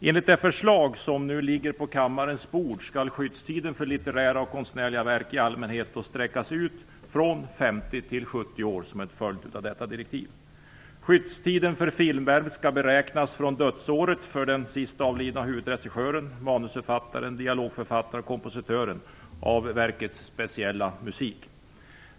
Enligt det förslag som nu ligger på kammarens bord skall skyddstiden för litterära och konstnärliga verk i allmänhet sträckas ut från 50 till 70 år som en följd av direktivet. Skyddstiden för filmverk skall beräknas från dödsåret för den sist avlidne av huvudregissören, manusförfattaren, dialogförfattaren eller kompositören av verkets speciella musik.